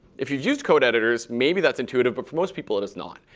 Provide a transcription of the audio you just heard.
if you've used code editors, maybe that's intuitive, but for most people it is not.